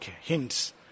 Hints